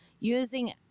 Using